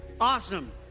Awesome